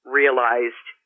realized